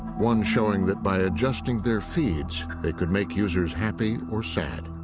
one showing that by adjusting their feeds, they could make users happy or sad.